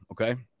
okay